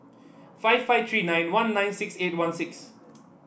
five five three nine one nine six eight one six